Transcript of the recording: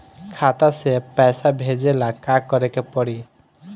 खाता से पैसा भेजे ला का करे के पड़ी?